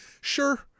sure